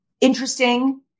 Interesting